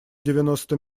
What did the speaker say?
девяносто